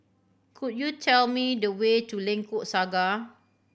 could you tell me the way to Lengkok Saga